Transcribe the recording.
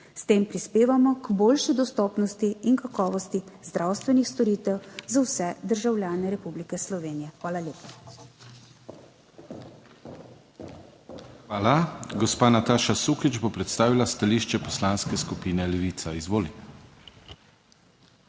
s tem prispevamo k boljši dostopnosti in kakovosti zdravstvenih storitev za vse državljane Republike Slovenije. Hvala lepa. PODPREDSEDNIK DANIJEL KRIVEC: Hvala. Gospa Nataša Sukič bo predstavila stališče Poslanske skupine Levica, izvolite.